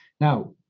Now